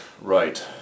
Right